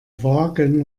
wagen